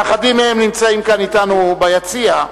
שאחדים מהם נמצאים כאן אתנו ביציע,